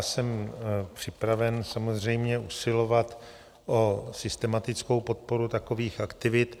Jsem připraven samozřejmě usilovat o systematickou podporu takových aktivit.